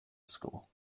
school